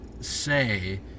say